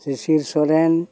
ᱥᱤᱥᱤᱨ ᱥᱚᱨᱮᱱ